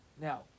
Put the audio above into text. Now